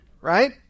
right